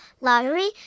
lottery